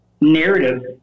narrative